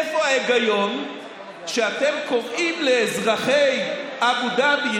איפה ההיגיון שאתם קוראים לאזרחי אבו דאבי,